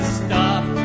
stop